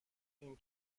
این